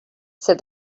said